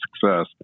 success